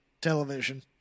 television